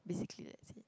basically that's it